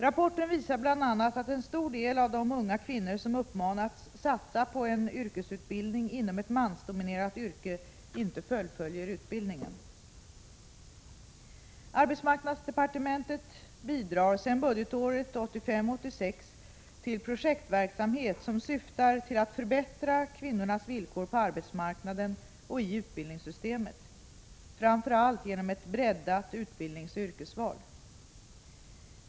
Rapporten visar bl.a. att en stor del av de unga kvinnor som uppmanats satsa på en yrkesutbildning inom ett mansdominerat yrke inte fullföljer utbildningen. Arbetsmarknadsdepartementet bidrar sedan budgetåret 1985/86 till projektverksamhet som syftar till att förbättra kvinnornas villkor på arbetsmarknaden och i utbildningssystemet, framför allt genom ett breddat utbildningsoch yrkesval.